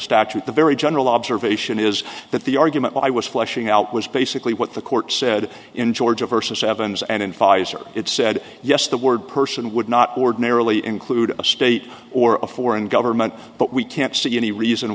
statute the very general observation is that the argument i was flushing out was basically what the court said in georgia versus evans and in pfizer it said yes the word person would not ordinarily include a state or a foreign government but we can't see any reason